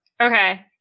Okay